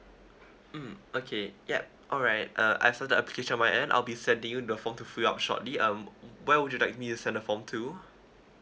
mm okay yup all right uh I set the application on my end I'll be sending you the form to fill up shortly um w~ where would you like me to send the form to